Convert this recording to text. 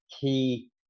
key